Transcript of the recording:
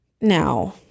Now